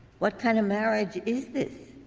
what kind of marriage is this?